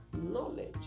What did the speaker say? knowledge